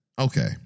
Okay